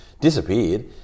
disappeared